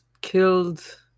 killed